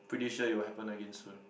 pretty sure it will happen again soon